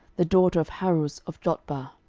the daughter of haruz of jotbah.